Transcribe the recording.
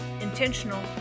intentional